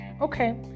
Okay